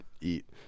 eat